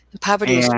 Poverty